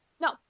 No